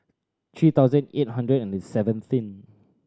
three thousand eight hundred and seven seen